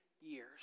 years